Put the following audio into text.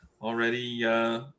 already